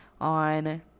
on